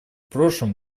прошлом